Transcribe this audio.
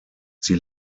sie